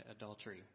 adultery